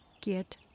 get